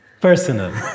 personal